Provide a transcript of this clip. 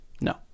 No